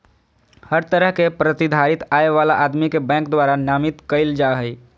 हर तरह के प्रतिधारित आय वाला आदमी के बैंक द्वारा नामित कईल जा हइ